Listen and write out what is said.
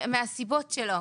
מהסיבות שלו.